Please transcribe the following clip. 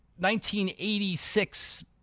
1986